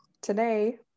today